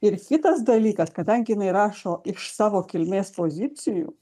ir kitas dalykas kadangi jinai rašo iš savo kilmės pozicijų